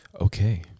okay